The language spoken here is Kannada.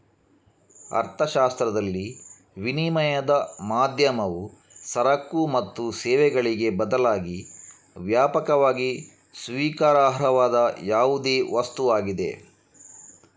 ಅರ್ಥಶಾಸ್ತ್ರದಲ್ಲಿ, ವಿನಿಮಯದ ಮಾಧ್ಯಮವು ಸರಕು ಮತ್ತು ಸೇವೆಗಳಿಗೆ ಬದಲಾಗಿ ವ್ಯಾಪಕವಾಗಿ ಸ್ವೀಕಾರಾರ್ಹವಾದ ಯಾವುದೇ ವಸ್ತುವಾಗಿದೆ